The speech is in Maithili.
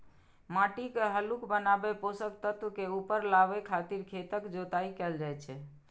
माटि के हल्लुक बनाबै, पोषक तत्व के ऊपर लाबै खातिर खेतक जोताइ कैल जाइ छै